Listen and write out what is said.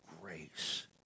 grace